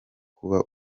kuba